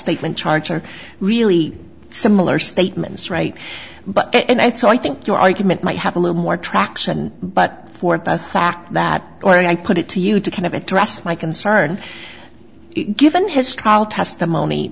statement charge are really similar statements right but and so i think your argument might have a little more traction but for that fact that when i put it to you to kind of address my concern given his trial testimony